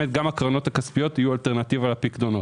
הקרנות הכספיות יהיו אלטרנטיבה לפיקדונות.